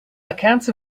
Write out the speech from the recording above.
accounts